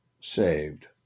saved